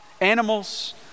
animals